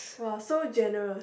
!wah! so generous